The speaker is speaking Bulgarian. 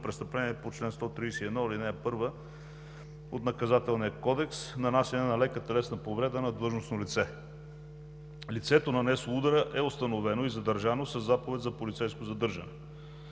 престъпление по чл. 131, ал. 1 от Наказателния кодекс за нанасяне на лека телесна повреда на длъжностно лице. Лицето, нанесло удара, е установено и задържано със заповед за полицейско задържане.